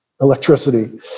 electricity